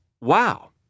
wow